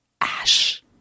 Ash